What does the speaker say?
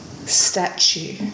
Statue